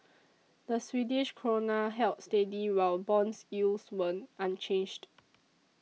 the Swedish Krona held steady while bonds yields were unchanged